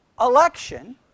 Election